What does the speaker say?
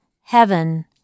heaven